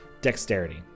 Dexterity